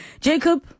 Jacob